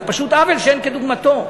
זה פשוט עוול שאין כדוגמתו.